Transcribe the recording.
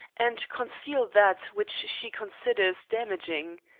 and conceal that which she considers damaging.